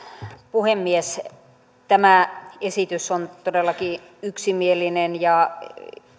puhemies tämä esitys on todellakin yksimielinen ja